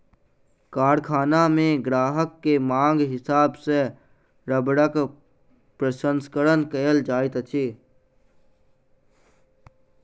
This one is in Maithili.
कारखाना मे ग्राहक के मांगक हिसाब सॅ रबड़क प्रसंस्करण कयल जाइत अछि